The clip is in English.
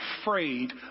afraid